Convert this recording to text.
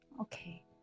Okay